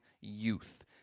youth